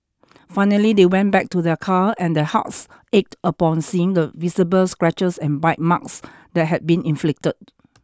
finally they went back to their car and their hearts ached upon seeing the visible scratches and bite marks that had been inflicted